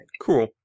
Cool